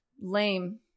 lame